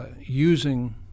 using